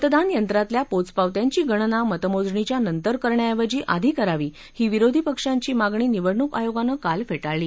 मतदानयंत्रातल्या पोचपावत्यांची गणना मतमोजणीच्या नंतर करण्याऐवजी आधी करावी ही विरोधी पक्षांची मागणी निवडणूक आयोगांन काल फेटाळली